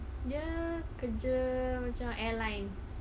dia kerja macam airlines